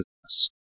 business